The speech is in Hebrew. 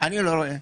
אני לא רואה.